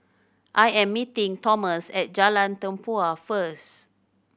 I am meeting Thomas at Jalan Tempua first